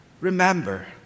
remember